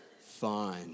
fine